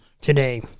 today